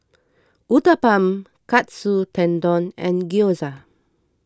Uthapam Katsu Tendon and Gyoza